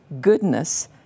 goodness